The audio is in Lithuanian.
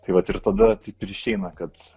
tai vat ir tada taip ir išeina kad